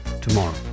tomorrow